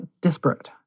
disparate